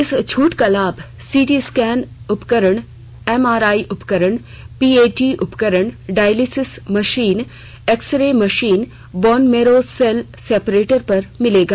इस छूट का लाभ सीटी स्कैन उपकरण एमआरआई उपकरण पीएटी उपकरण डायलिसिस मशीन एक्सरे मशीन और बोन मैरो सेल सैपरेटर पर मिलेगा